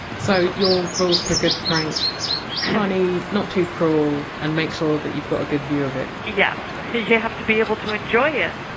so your rules for a good prank funny not too cruel and make sure that you've got a good view of it. yes, you have to be able to enjoy it